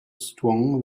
strong